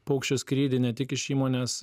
paukščio skrydį ne tik iš įmonės